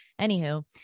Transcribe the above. Anywho